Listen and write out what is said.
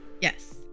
Yes